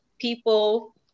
people